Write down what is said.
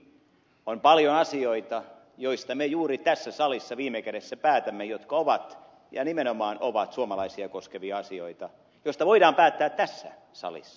on paljon asioita joista me juuri tässä salissa viime kädessä päätämme jotka ovat ja nimenomaan ovat suomalaisia koskevia asioita joista voidaan päättää tässä salissa